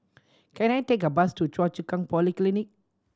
can I take a bus to Choa Chu Kang Polyclinic